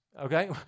okay